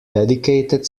dedicated